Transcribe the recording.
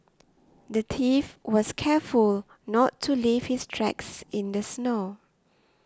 the thief was careful not to leave his tracks in the snow